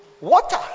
water